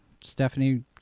Stephanie